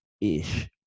ish